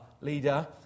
leader